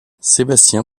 sébastien